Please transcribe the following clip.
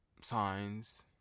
signs